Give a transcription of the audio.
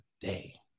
day